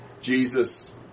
Jesus